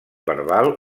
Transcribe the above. verbal